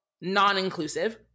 non-inclusive